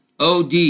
OD